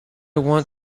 want